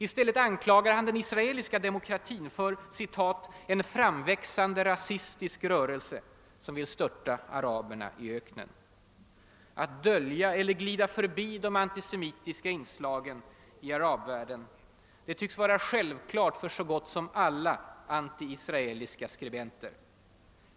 I stället anklagar han den israeliska demokratin för »en framväxande rasistisk rörelse som vill störta araberna i öknen». Att dölja eller glida förbi de antisemitiska inslagen i arabvärlden tycks självklart för så gott som alla antiisraeliska skribenter.